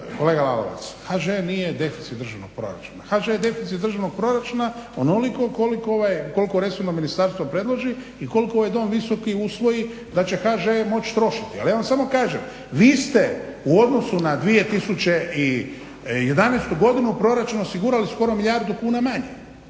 kolega Lalovac HŽ nije deficit državnog proračuna. HŽ je deficit državnog proračuna koliko resorno ministarstvo predloži i koliko ovaj Dom visoki usvoji da će HŽ moći trošiti. Ali ja vam samo kažem vi ste u odnosu na 2011. godinu u proračunu osigurali skoro milijardu kuna manje.